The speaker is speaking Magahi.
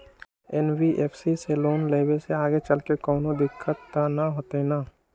एन.बी.एफ.सी से लोन लेबे से आगेचलके कौनो दिक्कत त न होतई न?